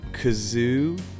kazoo